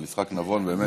על יצחק נבון, באמת.